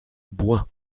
bouin